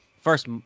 first